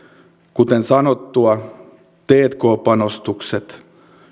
kuten sanottua tk panostukset